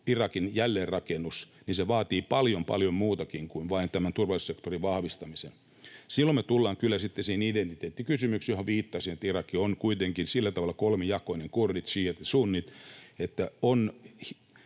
Irakin jälleenrakennus vaatii paljon, paljon muutakin kuin vain tämän turvallisuussektorin vahvistamisen. Silloin me tullaan kyllä sitten siihen identiteettikysymykseen, johon viittasin, että Irak on kuitenkin sillä tavalla kolmijakoinen — kurdit, šiiat ja sunnit